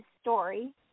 story